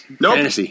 Nope